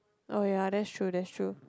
oh ya that's true that's true